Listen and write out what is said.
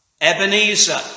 Ebenezer